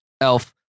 Elf